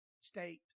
state